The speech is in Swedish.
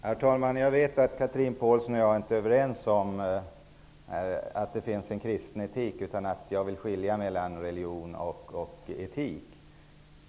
Herr talman! Jag vet att Chatrine Pålsson och jag inte är överens om att det finns en kristen etik. Jag vill skilja mellan religion och etik.